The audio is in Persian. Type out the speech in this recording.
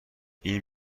این